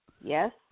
Yes